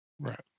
Right